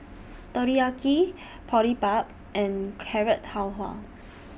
Teriyaki Boribap and Carrot Halwa